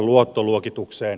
fantastista